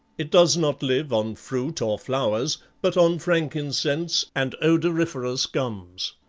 it does not live on fruit or flowers, but on frankincense and odoriferous gums.